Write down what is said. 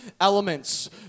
elements